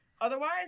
otherwise